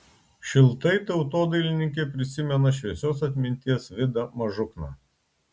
šiltai tautodailininkė prisimena šviesios atminties vidą mažukną